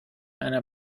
einer